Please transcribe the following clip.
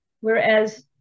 Whereas